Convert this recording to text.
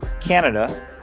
Canada